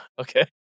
Okay